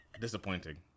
disappointing